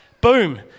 Boom